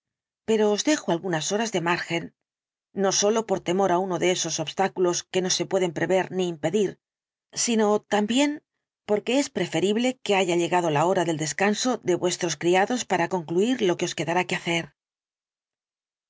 pero os dejo algunas horas de margen no sólo por temor de uno de esos obstáculos que no se pueden prever ni impedir sino también porque es preferible que haya llegado la hora del descanso de vuestros criados para concluir lo que os quedará que hacer